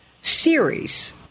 series